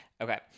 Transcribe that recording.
Okay